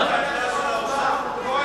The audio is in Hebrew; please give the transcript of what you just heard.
של האוצר?